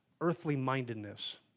earthly-mindedness